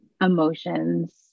emotions